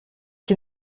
qui